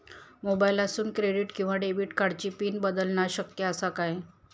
मोबाईलातसून क्रेडिट किवा डेबिट कार्डची पिन बदलना शक्य आसा काय?